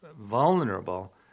vulnerable